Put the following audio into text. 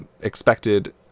expected